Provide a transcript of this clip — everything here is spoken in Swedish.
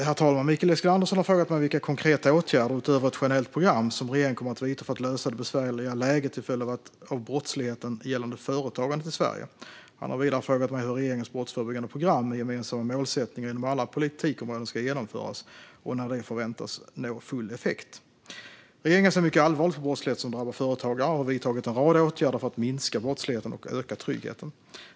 Herr talman! Mikael Eskilandersson har frågat mig vilka konkreta åtgärder, utöver ett generellt program, som regeringen kommer att vidta för att lösa det besvärliga läget till följd av brottsligheten gällande företagandet i Sverige. Han har vidare frågat mig hur regeringens brottsförebyggande program med gemensamma målsättningar inom alla politikområden ska genomföras och när det förväntas nå full effekt. Regeringen ser mycket allvarligt på brottslighet som drabbar företagare och har vidtagit en rad åtgärder för att minska brottsligheten och öka tryggheten.